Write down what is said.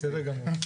בסדר גמור.